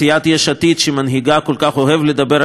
שמנהיגה כל כך אוהב לדבר על כך שהוא בעד